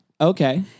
Okay